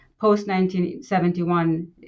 post-1971